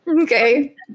Okay